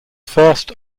first